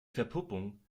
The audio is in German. verpuppung